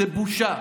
הוא בושה.